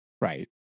Right